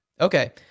okay